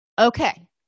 okay